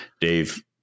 Dave